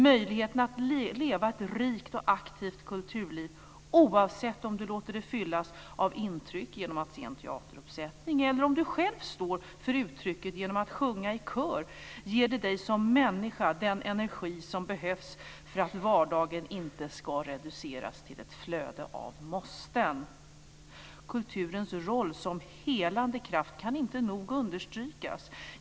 Möjligheterna att leva ett rikt och aktivt kulturliv oavsett om du låter det fyllas av intryck genom att se en teateruppsättning eller om du själv står för uttrycket genom att sjunga i kör ger det dig som människa den energi som behövs för att vardagen inte ska reduceras till ett flöde av måsten. Kulturens roll som helande kraft kan inte nog understrykas.